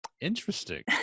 Interesting